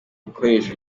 igikoresho